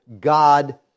God